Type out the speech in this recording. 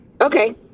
Okay